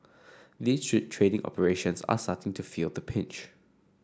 these trading operations are starting to feel the pinch